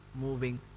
moving